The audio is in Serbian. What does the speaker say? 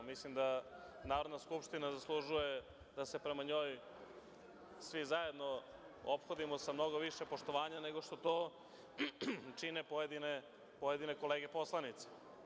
Mislim da Narodna skupština zaslužuje da se prema njoj svi zajedno ophodimo sa mnogo više poštovanja nego što to čine pojedine kolege poslanici.